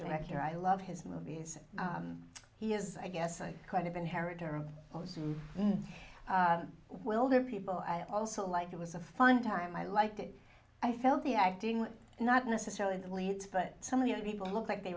director i love his movies he is i guess i kind of inheritor of those well there are people i also like it was a fun time i liked it i felt the acting not necessarily the leads but some of the other people looked like they